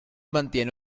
mantiene